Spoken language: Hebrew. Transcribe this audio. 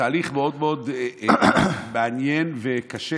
תהליך מאוד מאוד מעניין וקשה,